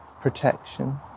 protection